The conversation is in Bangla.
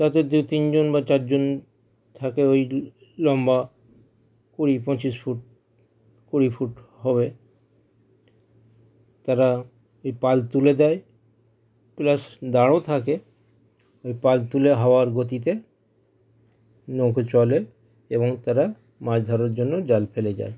তাতে দু তিনজন বা চারজন থাকে ওই লম্বা কুড়ি পঁচিশ ফুট কুড়ি ফুট হবে তারা ওই পাল তুলে দেয় প্লাস দাঁড়ও থাকে ওই পাল তুলে হাওয়ার গতিতে নৌকো চলে এবং তারা মাছ ধরার জন্য জাল ফেলে দেয়